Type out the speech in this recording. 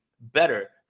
better